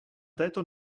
této